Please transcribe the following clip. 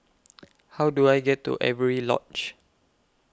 How Do I get to Avery Lodge